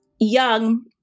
young